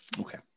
Okay